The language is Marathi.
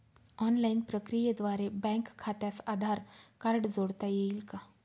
ऑनलाईन प्रक्रियेद्वारे बँक खात्यास आधार कार्ड जोडता येईल का?